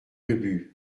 ubu